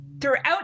Throughout